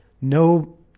no